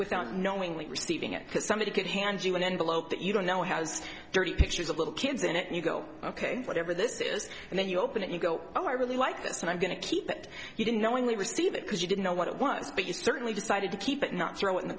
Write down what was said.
without knowing that receiving it because somebody could hand you an envelope that you don't know has dirty pictures of little kids in it and you go ok whatever this is and then you open it you go oh i really like this and i'm going to keep that you didn't knowingly receive it because you didn't know what it was but you certainly decided to keep it not throw it in the